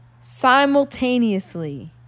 simultaneously